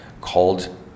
called